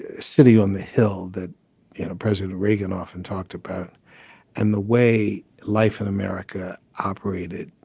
city on the hill that you know president reagan often talked about and the way life in america operated.